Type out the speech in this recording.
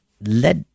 let